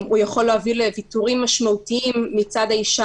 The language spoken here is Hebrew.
הוא יכול להוביל לוויתורים משמעותיים מצד האישה,